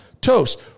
Toast